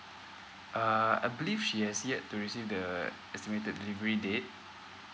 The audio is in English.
uh I believe she has yet to receive the estimated delivery date